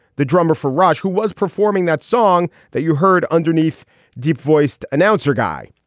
the drummer for rush, who was performing that song that you heard underneath deep voiced announcer guy.